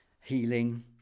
healing